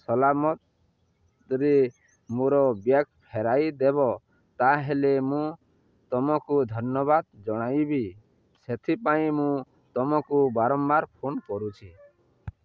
ସଲାମରେ ମୋର ବ୍ୟାଗ୍ ଫେରାଇଦେବ ତାହେଲେ ମୁଁ ତୁମକୁ ଧନ୍ୟବାଦ ଜଣାଇବି ସେଥିପାଇଁ ମୁଁ ତୁମକୁ ବାରମ୍ବାର ଫୋନ କରୁଛି